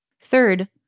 Third